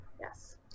yes